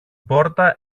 πόρτα